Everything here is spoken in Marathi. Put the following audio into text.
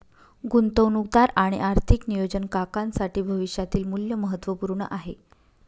गुंतवणूकदार आणि आर्थिक नियोजन काकांसाठी भविष्यातील मूल्य महत्त्वपूर्ण आहे